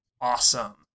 awesome